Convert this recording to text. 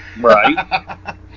Right